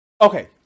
okay